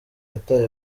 yataye